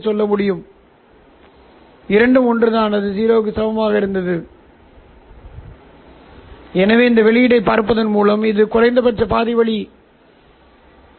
சமநிலைப்படுத்துதல் என்பது புகைப்பட நீரோட்டங்களை உடல் ரீதியாகக் கழிப்பதன் மூலம் இரண்டு சமிக்ஞைகளிலிருந்து டி